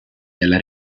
della